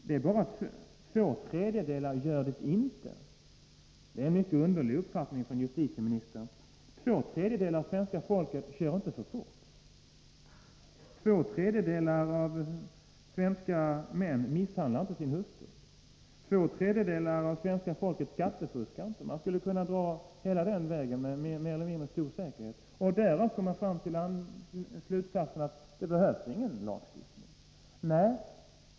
Det är bara två tredjedelar som inte är det. Det är en mycket underlig uppfattning, justitieministern. Två tredjedelar av svenska folket kör inte för fort. Två tredjedelar av svenska män misshandlar inte sin hustru. Två tredjedelar av svenska folket skattefuskar inte. Man skulle kunna räkna upp fler exempel och därav dra slutsatsen att det inte behövs någon lagstiftning.